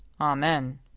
Amen